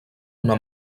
una